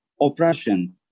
oppression